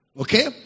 okay